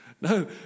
No